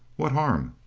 what harm